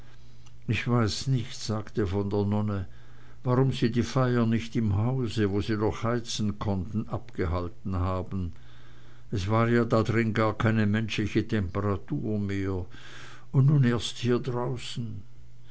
ich weiß nicht sagte von der nonne warum sie die feier nicht im hause wo sie doch heizen konnten abgehalten haben es war ja da drin gar keine menschliche temperatur mehr und nun erst hier draußen